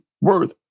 Worth